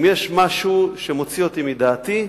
אם יש משהו שמוציא אותי מדעתי,